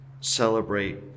celebrate